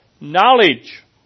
knowledge